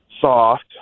soft